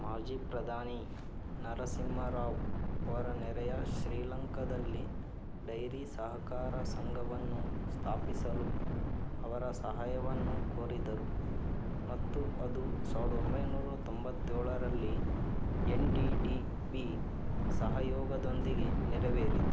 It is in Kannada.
ಮಾಜಿ ಪ್ರಧಾನಿ ನರಸಿಂಹರಾವ್ ಅವರು ನೆರೆಯ ಶ್ರೀಲಂಕಾದಲ್ಲಿ ಡೈರಿ ಸಹಕಾರ ಸಂಘವನ್ನು ಸ್ಥಾಪಿಸಲು ಅವರ ಸಹಾಯವನ್ನು ಕೋರಿದರು ಮತ್ತು ಅದು ಸಾವಿರ್ದ ಒಂಬೈನೂರ ತೊಂಬತ್ತೇಳರಲ್ಲಿ ಎನ್ ಡಿ ಡಿ ಬಿ ಸಹಯೋಗದೊಂದಿಗೆ ನೆರವೇರಿತು